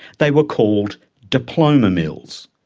they were called diploma mills.